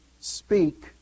speak